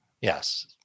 yes